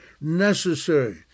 necessary